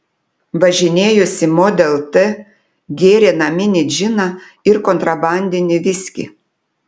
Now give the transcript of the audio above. važinėjosi model t gėrė naminį džiną ir kontrabandinį viskį